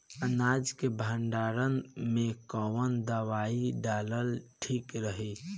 अनाज के भंडारन मैं कवन दवाई डालल ठीक रही?